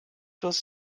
was